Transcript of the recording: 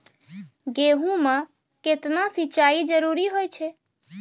गेहूँ म केतना सिंचाई जरूरी होय छै?